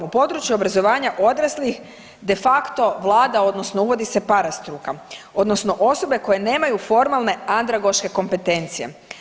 U području obrazovanja odraslih de facto vlada odnosno uvodi se parastruka odnosno osobe koje nemaju formalne andragoške kompetencije.